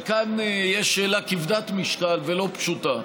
וכאן יש שאלה כבדת משקל ולא פשוטה: